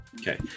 Okay